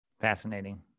Fascinating